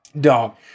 dog